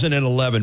2011